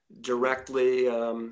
directly